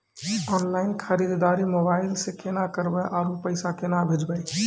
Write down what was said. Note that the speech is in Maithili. ऑनलाइन खरीददारी मोबाइल से केना करबै, आरु पैसा केना भेजबै?